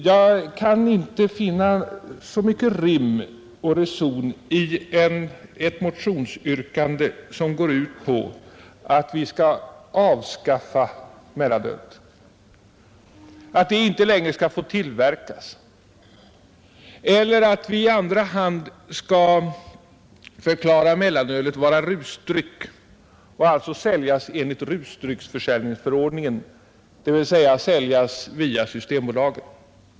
Jag kan inte finna mycket rim och reson i ett motionsyrkande som går ut på att vi skall avskaffa mellanölet, att det inte längre skall få tillverkas eller att vi i andra hand skall förklara mellanölet vara rusdryck och att detta alltså skall säljas enligt rusdrycksförsäljningsförordningen, dvs. via Systembolaget.